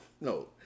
no